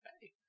hey